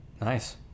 nice